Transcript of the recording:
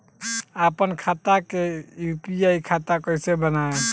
आपन खाता के यू.पी.आई खाता कईसे बनाएम?